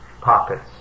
pockets